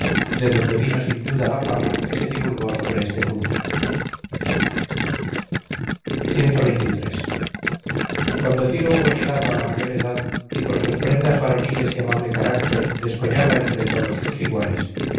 de donde vino sin duda la fama que se divulgó sobre este punto cuando ciro hubo llegado a la mayor edad y por sus prendas varoniles y amable carácter descollaba entre todos sus iguales